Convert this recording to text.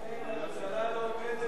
הממשלה לא עומדת